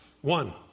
one